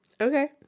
Okay